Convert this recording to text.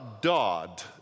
Dodd